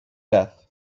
death